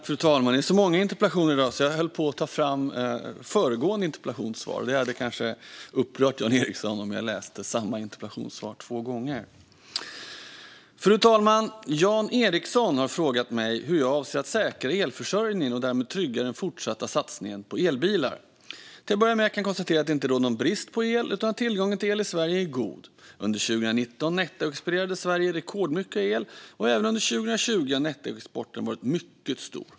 Fru talman! Det är så många interpellationer i dag att jag höll på att ta fram svaret på föregående interpellation. Det hade kanske upprört Jan Ericson om jag hade läst samma interpellationssvar två gånger. Fru talman! Jan Ericson har frågat mig hur jag avser att säkra elförsörjningen och därmed trygga den fortsatta satsningen på elbilar. Till att börja med kan jag konstatera att det inte råder någon brist på el utan att tillgången till el i Sverige är god. Under 2019 nettoexporterade Sverige rekordmycket el, och även under 2020 har nettoexporten varit mycket stor.